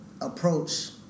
approach